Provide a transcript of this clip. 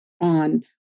on